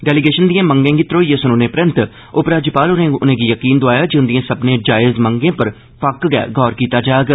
delegation दिए मंगें गी धरोइयै सुनने परैन्त उपराज्यपाल होरें उनेंगी यकीन दोआया जे उंदिए सब्मने जायज मंगें पर पक्क गै गौर कीता जाग